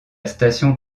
station